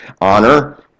honor